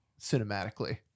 cinematically